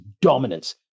dominance